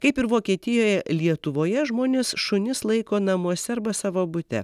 kaip ir vokietijoje lietuvoje žmonės šunis laiko namuose arba savo bute